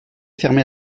fermé